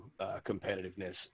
competitiveness